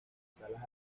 salas